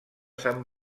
sant